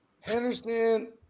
Henderson